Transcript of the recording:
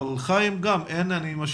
לחיים גם אין את המעקב,